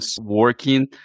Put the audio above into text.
working